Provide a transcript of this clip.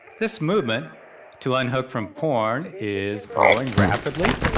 this movement to unhook from porn is growing rapidly.